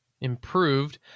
improved